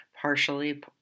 partially